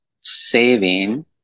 saving